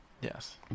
Yes